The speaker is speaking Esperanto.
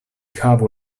havu